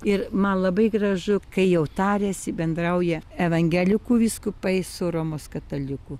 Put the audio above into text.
ir man labai gražu kai jau tariasi bendrauja evangelikų vyskupai su romos katalikų